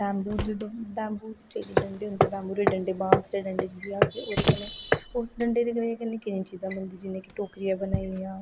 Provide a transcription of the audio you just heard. bamboo जेहडे डंडे होंदे बेम्बू दे डडें बाँस दे डडें जिसी आक्खदे ओहदे कन्नै उस डडें दे कन्नै किन्नी चीजां बनदी जियां कि टोकरियां बना दियां